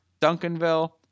Duncanville